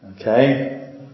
Okay